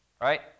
right